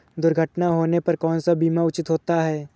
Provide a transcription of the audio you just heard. दुर्घटना होने पर कौन सा बीमा उचित होता है?